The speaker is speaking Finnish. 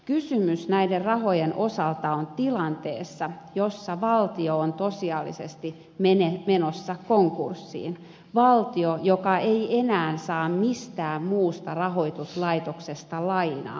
kysymys näiden rahojen osalta olisi tilanteesta jossa valtio on tosiasiallisesti menossa konkurssiin valtio ei enää saa mistään muusta rahoituslaitoksesta lainaa